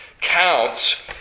counts